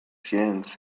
hands